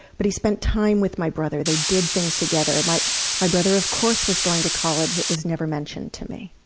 but he spent time with my brother they did things together. my my brother of course was going to college it was never mentioned to me.